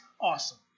awesome